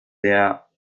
der